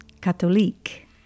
Catholic